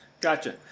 Gotcha